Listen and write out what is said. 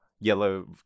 Yellow